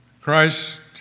Christ